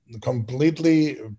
completely